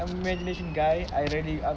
imagination guy I really